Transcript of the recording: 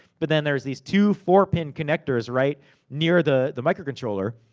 but, then there's these two four-pin connectors, right near the the micro controller.